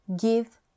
Give